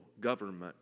government